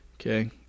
okay